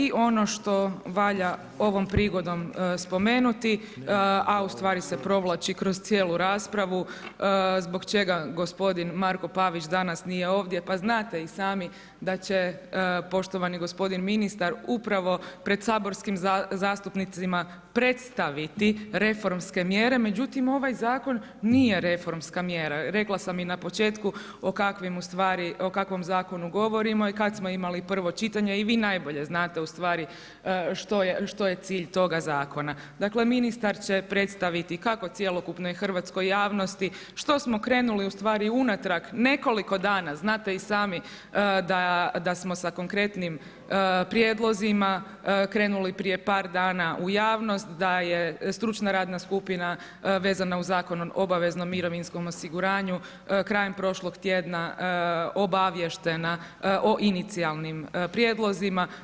I ono što valja ovom prigodom spomenuti, a ustvari se provlači kroz cijelu raspravu, zbog čega gospodin Marko Pavić danas nije ovdje, pa znate i sami da će poštovani gospodin ministar upravo pred saborskim zastupnicima predstaviti reformske mjere, međutim ovaj zakon nije reformska mjera, rekla sam i na početku o kakvom zakonu govorimo i kada smo imali prvo čitanje i vi najbolje znate što je cilj toga zakona. dakle ministar će predstaviti kako cjelokupnoj hrvatskoj javnosti što smo krenuli unatrag nekoliko dana, znate i sami da smo sa konkretnim prijedlozima krenuli prije par dana u javnost, da je stručna radna skupina vezana o Zakon o obaveznom mirovinskom osiguranju krajem prošlog tjedna obaviještena o inicijalnim prijedlozima.